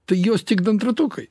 tai jos tik dantratukai